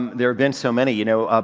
there have been so many, you know,